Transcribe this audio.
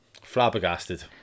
Flabbergasted